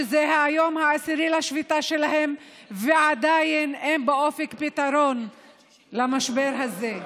שזה היום העשירי לשביתה שלהם ועדיין אין באופק פתרון למשבר הזה,